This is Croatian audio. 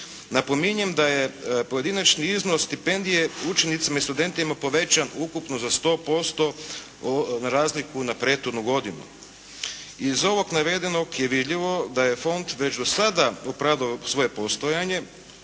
Napominjem da je pojedinačni iznos stipendije učenicima i studentima povećan ukupno za 100% na razliku na prethodnu godinu. Iz ovog navedenog je vidljivo da je Fond već do sada opravdao svoje postojanje